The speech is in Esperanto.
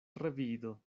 revido